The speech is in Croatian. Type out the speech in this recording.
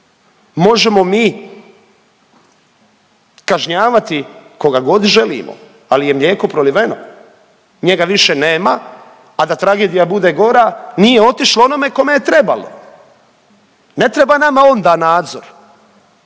možemo mi kažnjavati koga god želimo, ali je mlijeko proliveno njega više nema, a da tragedija bude gore nije otišlo onome kome je trebalo. Ne treba nama onda nadzor.